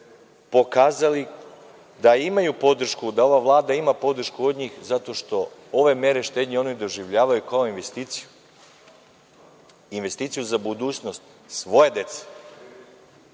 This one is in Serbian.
pokazali da ova Vlada ima podršku od njih zato što ove mere štednje oni doživljavaju kao investiciju, investiciju za budućnost svoje dece,